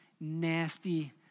nasty